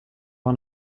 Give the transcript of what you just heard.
one